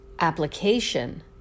application